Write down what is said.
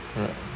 right